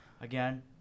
Again